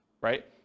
right